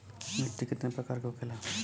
मिट्टी कितने प्रकार के होखेला?